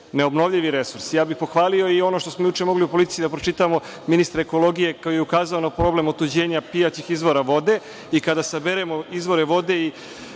neobnovljivi resurs. Pohvalio bih i ono što smo juče mogli u „Politici“ da pročitamo, ministar ekologije koji je ukazao na problem otuđenja pijaćih izvora vode i kada saberemo izvore vode